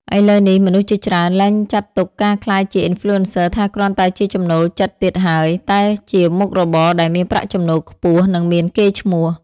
ឥឡូវនេះ មនុស្សជាច្រើនលែងចាត់ទុកការក្លាយជា Influencer ថាគ្រាន់តែជាចំណូលចិត្តទៀតហើយ តែជាមុខរបរដែលមានប្រាក់ចំណូលខ្ពស់ និងមានកេរ្តិ៍ឈ្មោះ។